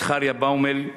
זכריה באומל,